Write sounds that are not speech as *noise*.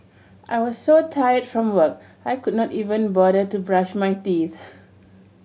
I was so tired from work I could not even bother to brush my teeth *noise*